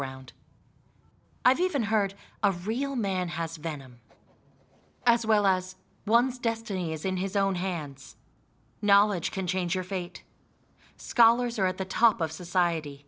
round i've even heard a real man has venom as well as one's destiny is in his own hands knowledge can change your fate scholars are at the top of society